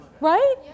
right